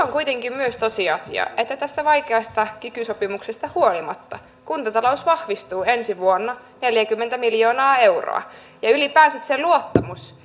on kuitenkin myös tosiasia että tästä vaikeasta kiky sopimuksesta huolimatta kuntatalous vahvistuu ensi vuonna neljäkymmentä miljoonaa euroa ja ylipäänsä se luottamus